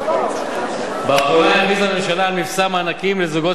באחרונה הכריזה הממשלה על מבצע מענקים לזוגות